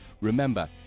Remember